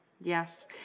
Yes